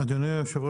אדוני היו"ר,